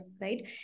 right